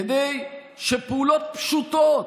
כדי שפעולות פשוטות,